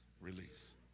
release